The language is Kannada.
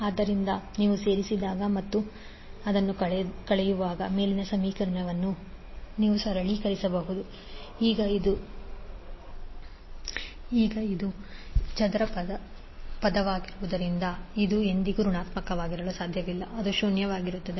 ಆದ್ದರಿಂದ ನೀವು ಸೇರಿಸಿದಾಗ ಮತ್ತು i1i2L1L2ಅನ್ನು ಕಳೆಯುವಾಗ ಮೇಲಿನ ಸಮೀಕರಣವನ್ನು ನೀವು ಸರಳೀಕರಿಸಬಹುದು 12i1L1 i2L22i1i2L1L2 M≥0 ಈಗ ಇದು ಚದರ ಪದವಾಗಿರುವುದರಿಂದ ಇದು ಎಂದಿಗೂ ಋಣಾತ್ಮಕವಾಗಿರಲು ಸಾಧ್ಯವಿಲ್ಲ ಅದು ಶೂನ್ಯವಾಗಿರುತ್ತದೆ